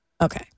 Okay